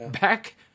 back